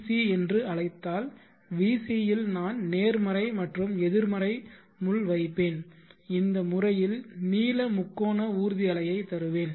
C என்று அழைத்தால் Vc இல் நான் நேர்மறை மற்றும் எதிர்மறை முள் வைப்பேன் இந்த முறையில் நீல முக்கோண ஊர்தி அலையை தருவேன்